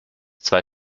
zwei